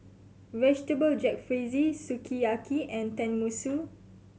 Vegetable Jalfrezi Sukiyaki and Tenmusu